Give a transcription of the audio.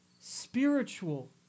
spiritual